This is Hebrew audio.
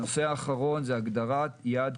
הנושא האחרון הוא הגדרת יעד